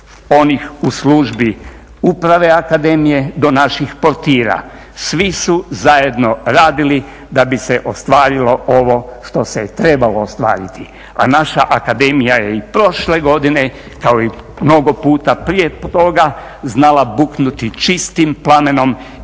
u službi uprave akademije do naših portira. Svi su zajedno radili da bi se ostvarilo ovo što se trebalo ostvariti. A naša akademija je i prošle godine kao i mnogo puta prije toga znala buknuti čistim plamenom